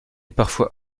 parfois